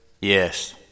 Yes